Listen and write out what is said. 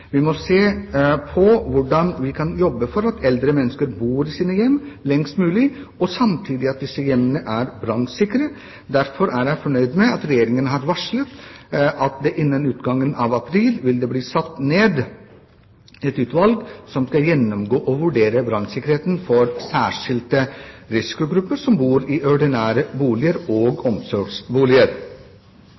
Vi må se på hvordan vi kan jobbe for at eldre mennesker kan bo i sine hjem lengst mulig, og samtidig se til at disse boligene er brannsikre. Derfor er jeg fornøyd med at Regjeringen har varslet at det innen utgangen av april vil bli satt ned et utvalg som skal gjennomgå og vurdere brannsikkerheten for særskilte risikogrupper som bor i ordinære boliger og i omsorgsboliger.